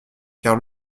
car